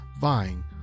vying